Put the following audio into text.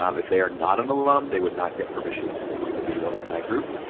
um if they are not an alum, they would not get permission to join the bu alumni group.